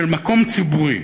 של מקום ציבורי